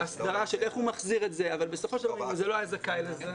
הסדרה של איך הוא מחזיר את זה אבל בסופו של דבר אם הוא לא היה זכאי לזה,